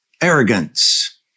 arrogance